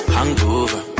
Hangover